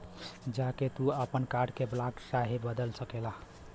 जा के तू आपन कार्ड के ब्लाक चाहे बदल सकेला